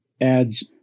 adds